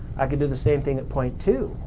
i can do the same thing at point two.